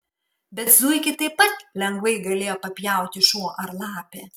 bet zuikį taip pat lengvai galėjo papjauti šuo ar lapė